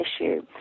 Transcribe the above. issue